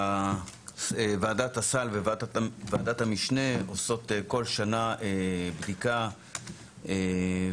ועדת הסל וועדת המשנה עושות כל שנה בדיקה ומנסות